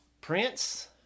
Prince